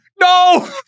no